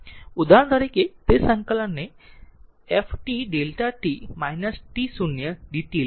ઉદાહરણ તરીકે તે સંકલનને to ft Δ t t0 dt law